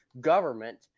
government